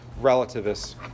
relativists